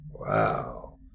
Wow